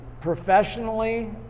professionally